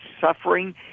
suffering